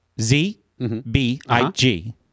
Z-B-I-G